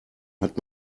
hat